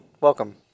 Welcome